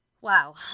Wow